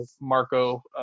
Marco